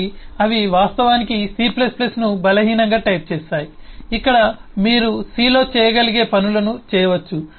కాబట్టి అవి వాస్తవానికి C ను బలహీనంగా టైప్ చేస్తాయి ఇక్కడ మీరు సి లో చేయగలిగే పనులను చేయవచ్చు